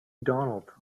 donald